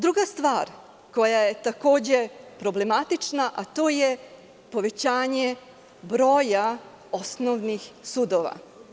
Druga stvar koja je takođe problematična je povećanje broja osnovnih sudova.